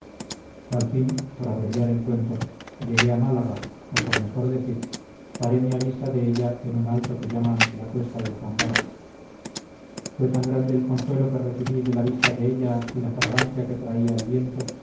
al fin por abreviar el cuento llegue a málaga o por mejor decir paréme a vista de ella en un alto que llaman la cuesta de zambara fue tan grande el consuelo que recibí de la vista de ella y la fragancia que traía el viento